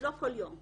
לא כל יום,